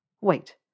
Wait